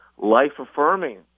life-affirming